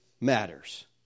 matters